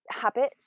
habits